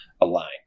aligned